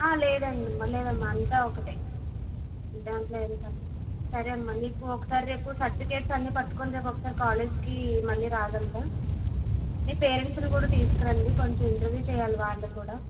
లేదమ్మా లేదమ్మా అంతా ఒకటే దాంట్లో ఎం సరే అమ్మా నీకు ఒకసారి సర్టిఫికెట్ల రేపు సర్టిఫికేట్స్ అన్నీ పట్టుకొని రేపు ఒకసారి కాలేజ్కి మళ్ళీ రాగలరా మీ పేరెంట్స్ని కూడా తీసుకురండి కొంచం ఇంటర్వ్యూ చేయాలి వాళ్ళని కూడా